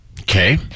Okay